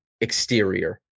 exterior